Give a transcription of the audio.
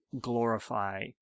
glorify